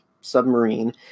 submarine